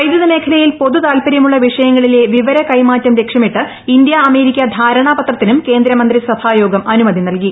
വൈദ്യുത മേഖലയിൽ പൊതുതാല്പര്യമുള്ള വിഷയങ്ങളിലെ വിവര കൈമാറ്റം ലക്ഷ്യമിട്ട് ഇന്തൃ അമേരിക്ക ധാരണാപത്രത്തിനും കേന്ദ്ര മന്ത്രിസഭാ യോഗം അനുമതി നൽകി